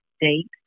date